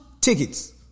tickets